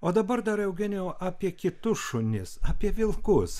o dabar dar eugenijau apie kitus šunis apie vilkus